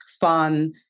fun